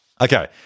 Okay